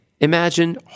imagine